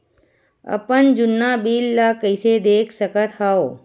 अपन जुन्ना बिल ला कइसे देख सकत हाव?